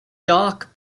dark